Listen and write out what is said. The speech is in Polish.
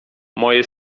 moje